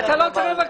אתה לא צריך לבקש.